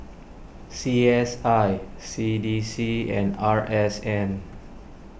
C S I C D C and R S N